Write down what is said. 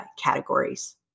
categories